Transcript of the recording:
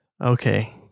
Okay